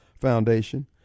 foundation